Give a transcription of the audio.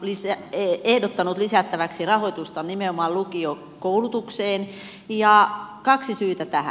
keskustahan on ehdottanut lisättäväksi rahoitusta nimenomaan lukiokoulutukseen ja kaksi syytä tähän